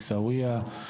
עיסוויאה,